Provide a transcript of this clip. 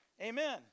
Amen